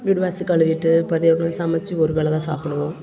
வீடு வாசல் கழுவிட்டு மதியம் போல சமைத்து ஒரு வேலை தான் சாப்புடுவோம்